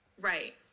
Right